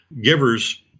Givers